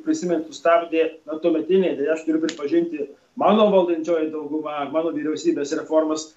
prisimenat sustabdė na tuometiniai ir aš turiu pripažinti mano valdančioji dauguma mano vyriausybės reformos